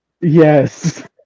Yes